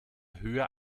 höher